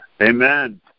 Amen